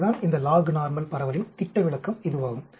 இதுதான் இந்த log normal பரவலின் திட்ட விலக்கம் இதுவாகும்